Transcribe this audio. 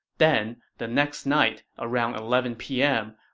then, the next night around eleven p m,